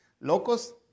locos